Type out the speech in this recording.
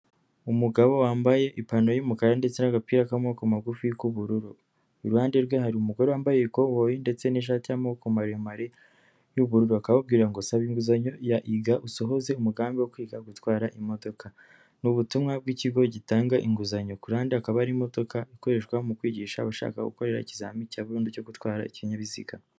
Umugabo wambaye ipantaro yumukara ndetse n'agapira k'amaboko magufi k'ubururu iruhande rwe hari umugore wambaye ikoboyi ndetse n'ishati y'amaboko maremare yubururu bakababwira ngo sabe inguzanyo iga usohoze umugambi wo kwiga gutwara imodoka ni ubutumwa bw'ikigo gitanga inguzanyo kandi akaba arimo ikoreshwa mu kwigisha abashaka gu gukora ikizamini burudu cyo gutwara ikinyabiziga.